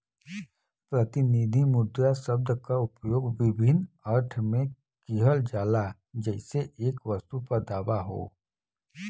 प्रतिनिधि मुद्रा शब्द क उपयोग विभिन्न अर्थ में किहल जाला जइसे एक वस्तु पर दावा हौ